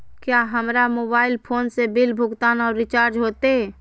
क्या हमारा mobile phone से बिल भुगतान और रिचार्ज होते?